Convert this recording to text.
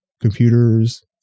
computers